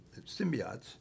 Symbiotes